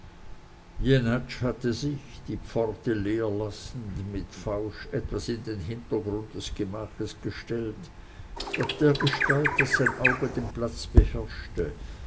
jenatsch hatte sich die pforte leer lassend mit fausch etwas in den hintergrund des gemaches gestellt doch dergestalt daß sein auge den platz beherrschte